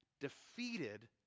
defeated